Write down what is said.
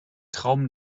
traum